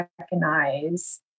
recognize